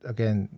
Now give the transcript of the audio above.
Again